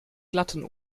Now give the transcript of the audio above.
glatten